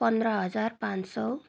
पन्ध्र हजार पाँच सय